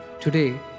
Today